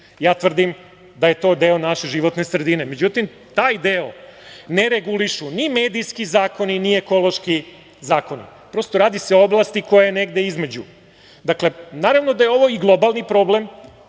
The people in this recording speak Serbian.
Ja tvrdim da je to deo naše životne sredine. Međutim, taj deo ne regulišu ni medijski zakoni, ni ekološki zakoni. Prosto, radi se o oblasti koja je negde između. Dakle, naravno da je ovo i globalni problem